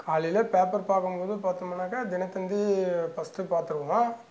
காலையில் பேப்பர் பார்க்கும் போது பார்த்தோமுன்னாக்கா தினத்தந்தி ஃபர்ஸ்ட்டு பார்த்துருவோம்